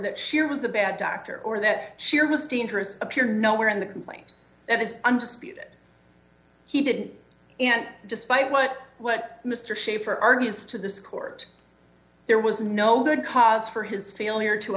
that she was a bad doctor or that she was dangerous appear nowhere in the complaint that is undisputed he did and despite what what mr shafer argues to this court there was no good cause for his failure to